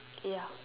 ya